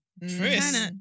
Chris